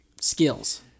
skills